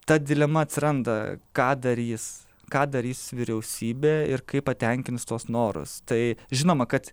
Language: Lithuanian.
ta dilema atsiranda ką darys ką darys vyriausybė ir kaip patenkins tuos norus tai žinoma kad